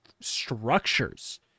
structures